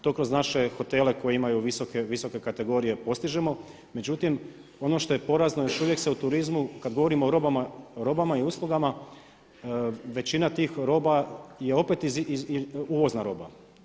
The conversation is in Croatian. To kroz naše hotele koji imaju visoke kategorije postižemo, međutim ono što je porazno još uvijek se u turizmu kad govorimo o robama i uslugama većina tih roba je opet uvozna roba.